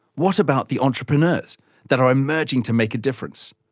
what about the entrepreneurs that are emerging to make a difference?